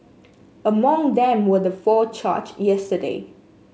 among them were the four charged yesterday